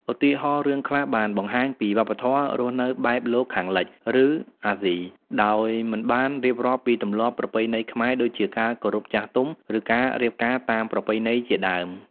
ឧទាហរណ៍ រឿងខ្លះបានបង្ហាញពីវប្បធម៌រស់នៅបែបលោកខាងលិច ឬអាស៊ី ដោយមិនបានរៀបរាប់ពីទម្លាប់ប្រពៃណីខ្មែរ ដូចជាការគោរពចាស់ទុំ ឬការរៀបការតាមប្រពៃណីជាដើម។